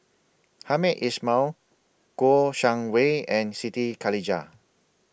Hamed Ismail Kouo Shang Wei and Siti Khalijah